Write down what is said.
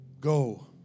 Go